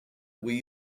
were